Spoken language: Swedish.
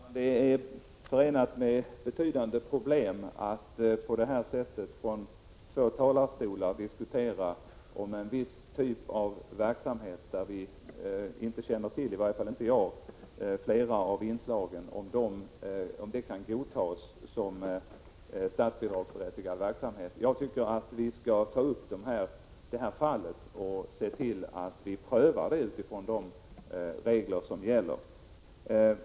Fru talman! Det är förenat med betydande problem att på detta sätt från två talarstolar diskutera en viss typ av verksamhet, där vi inte —i varje fall inte jag — känner till huruvida flera av inslagen är sådana att de kan godtas som statsbidragsberättigad verksamhet. Jag tycker att vi skall ta upp det här fallet och pröva det utifrån gällande regler.